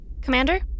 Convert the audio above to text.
Commander